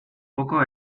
poco